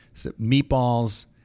meatballs